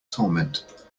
torment